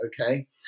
okay